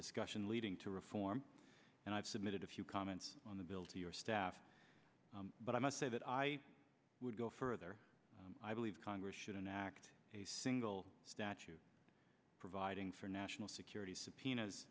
discussion leading to reform and i've submitted a few comments on the bill to your staff but i must say that i would go further and i believe congress should enact a single statute providing for national security subpoenas